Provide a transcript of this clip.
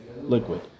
liquid